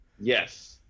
Yes